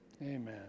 Amen